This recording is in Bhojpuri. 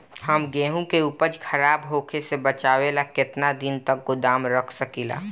हम गेहूं के उपज खराब होखे से बचाव ला केतना दिन तक गोदाम रख सकी ला?